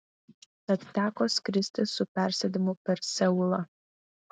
tad teko skristi su persėdimu per seulą